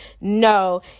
No